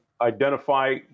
identify